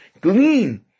glean